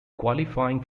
qualifying